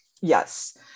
Yes